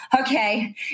okay